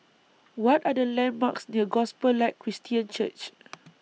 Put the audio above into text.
What Are The landmarks near Gospel Light Christian Church